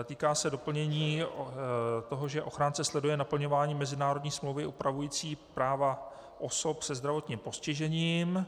Týká se doplnění toho, že ochránce sleduje naplňování mezinárodní smlouvy upravující práva osob se zdravotním postižením.